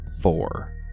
four